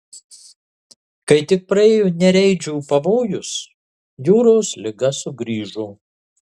kai tik praėjo nereidžių pavojus jūros liga sugrįžo